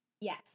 Yes